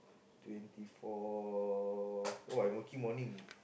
twenty four oh I'm working morning